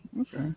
Okay